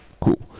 Cool